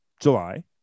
july